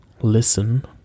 listen